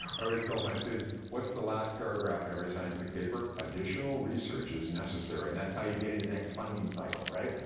i always tell my students, what's the last paragraph in every scientific paper? additional research is necessary, and that's how you get into the next funding cycle, right?